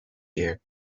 year